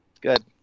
Good